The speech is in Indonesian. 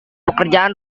pekerjaan